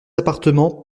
appartements